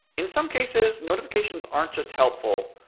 in some cases, notifications aren't just helpful,